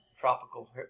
Tropical